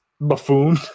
buffoon